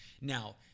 Now